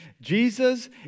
Jesus